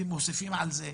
אתם מוסיפים על זה.